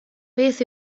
beth